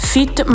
Fit